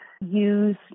use